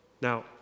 Now